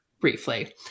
briefly